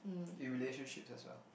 in relationships as well